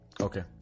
Okay